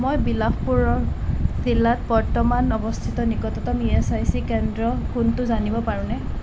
মই বিলাসপুৰৰ জিলাত বৰ্তমান অৱস্থিত নিকটতম ই এচ আই চি কেন্দ্ৰ কোনটো জানিব পাৰোনে